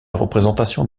représentations